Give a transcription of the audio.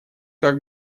как